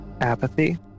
apathy